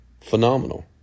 phenomenal